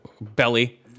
belly